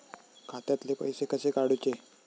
खात्यातले पैसे कसे काडूचे?